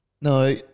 No